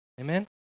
Amen